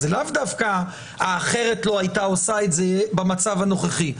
זה לאו דווקא שהאחרת לא היתה עושה את זה במצב הנוכחי,